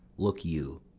look you,